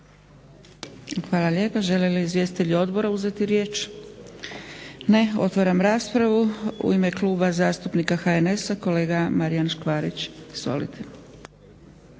Hvala lijepa. Žele li izvjestitelji odbora uzeti riječ? Ne. Otvaram raspravu. U ime Kluba zastupnika HNS-a kolega Marijan Škvarić. Izvolite.